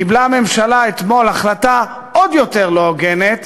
קיבלה הממשלה אתמול החלטה עוד יותר לא הוגנת,